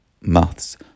maths